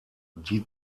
die